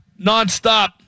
nonstop